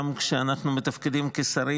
גם כשאנחנו מתפקדים כשרים,